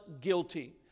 guilty